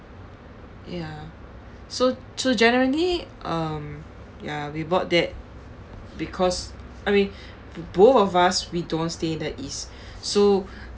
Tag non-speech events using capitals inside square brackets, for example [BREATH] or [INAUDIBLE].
ya so so generally um ya we bought that because I mean b~ both of us we don't stay in the east [BREATH] so